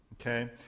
Okay